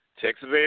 Texas